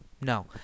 No